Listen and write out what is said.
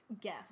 guess